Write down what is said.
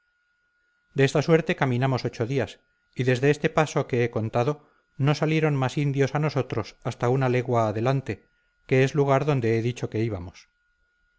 de esta suerte caminamos ocho días y desde este paso que he contado no salieron más indios a nosotros hasta una legua adelante que es lugar donde he dicho que íbamos